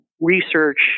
research